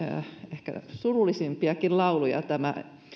ehkä surullisimpiakin lauluja oli